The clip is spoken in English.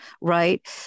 right